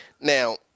Now